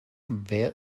wer